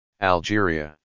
Algeria